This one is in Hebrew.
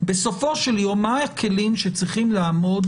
בסופו של יום מה הכלים שצריכים לעמוד